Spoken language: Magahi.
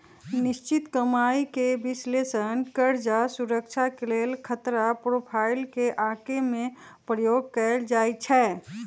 निश्चित कमाइके विश्लेषण कर्जा सुरक्षा के लेल खतरा प्रोफाइल के आके में प्रयोग कएल जाइ छै